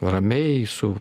ramiai su